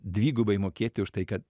dvigubai mokėti už tai kad